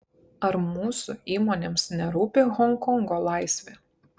ar mūsų įmonėms nerūpi honkongo laisvė